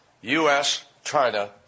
U.S.-China